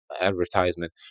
advertisement